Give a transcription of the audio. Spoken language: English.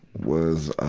was, ah,